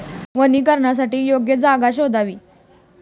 वनीकरणासाठी योग्य जागा शोधावी